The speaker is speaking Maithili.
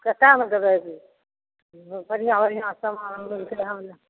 केतेमे देबै बढ़िआँ सामान